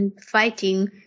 fighting